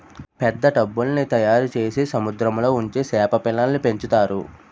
పెద్ద టబ్బుల్ల్ని తయారుచేసి సముద్రంలో ఉంచి సేప పిల్లల్ని పెంచుతారు